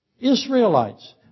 Israelites